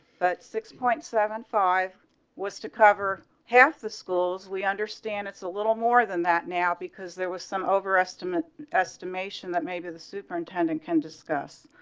but six point seventy five was to cover half the schools. we understand it's a little more than that now because there was some over estimates estimation that maybe the superintendent can discuss